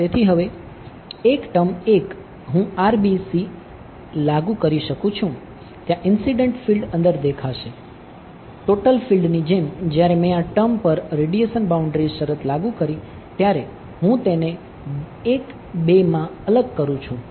તેથી હવે એક ટર્મ 1 હું RBC લાગુ કરી શકું છું ત્યાં ઇન્સીડંટ ફિલ્ડ શરત લાગુ કરી ત્યારે હું તેને 1 2 માં અલગ કરું છું